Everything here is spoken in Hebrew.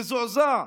מזועזע.